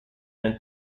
and